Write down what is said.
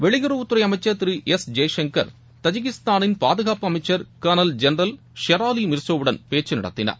வெளியுறவு அமம்சர் திரு எஸ் ஜெய்சங்கர் தஜிகிஸ்தானின் பாதுகாப்பு அமைச்சர் கலோளல் ஜென்ரல் ஷெராலி மிர்சோவுடன் பேச்சு நடத்தினார்